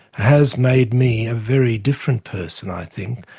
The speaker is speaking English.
has made me a very different person i think,